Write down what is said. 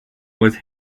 was